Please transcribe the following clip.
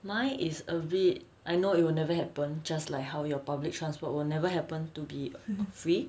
mine is a bit I know it'll never happen just like how your public transport will never happen to be free